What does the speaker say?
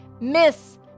miss